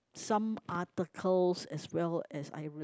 some articles as well as I will